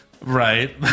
Right